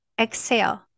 exhale